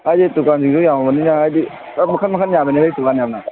ꯑꯩꯗꯤ ꯗꯨꯀꯥꯟꯁꯤꯡꯁꯨ ꯌꯥꯝꯃꯕꯅꯤꯅ ꯍꯥꯏꯗꯤ ꯃꯈꯜ ꯃꯈꯜ ꯌꯥꯝꯃꯤꯅꯥ ꯑꯩ ꯗꯨꯀꯥꯟ ꯌꯥꯝꯅ